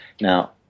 Now